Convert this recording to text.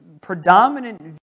predominant